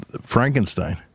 Frankenstein